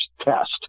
test